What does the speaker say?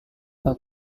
pak